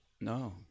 No